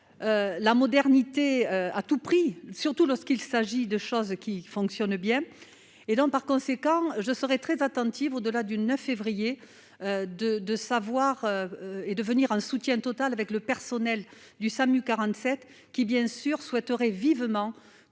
la modernité à tout prix, surtout lorsqu'il s'agit de choses qui fonctionne bien et donc, par conséquent, je serai très attentive au delà du 9 février de de savoir et devenir un soutien total avec le personnel du SAMU 47 qui bien sûr souhaiteraient vivement